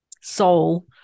soul